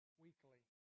weekly